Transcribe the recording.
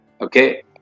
okay